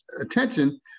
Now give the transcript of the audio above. attention